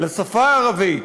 לשפה הערבית.